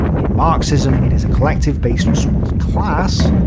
in marxism it is a collective based on someone's class.